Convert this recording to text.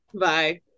Bye